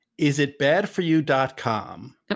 isitbadforyou.com